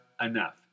enough